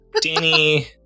Danny